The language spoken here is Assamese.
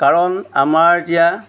কাৰণ আমাৰ এতিয়া